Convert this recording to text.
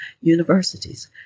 universities